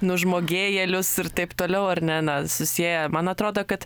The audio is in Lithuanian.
nužmogėjėlius ir taip toliau ar ne na susieja man atrodo kad